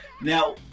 Now